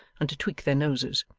and to tweak their noses.